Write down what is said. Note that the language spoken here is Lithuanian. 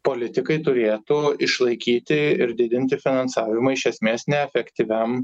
politikai turėtų išlaikyti ir didinti finansavimą iš esmės neefektyviam